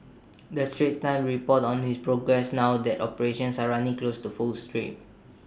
the straits times reports on its progress now that operations are running close to full stream